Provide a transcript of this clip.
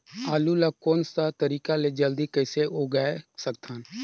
आलू ला कोन सा तरीका ले जल्दी कइसे उगाय सकथन?